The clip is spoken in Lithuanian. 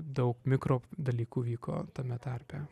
daug mikrodalyku vyko tame tarpe